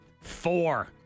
Four